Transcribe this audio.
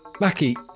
Mackie